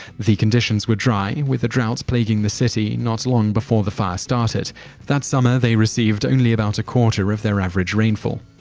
the conditions were dry, with a drought plaguing the city not long before the fire started that summer, they received only about a quarter of their average rainfall.